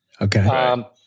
Okay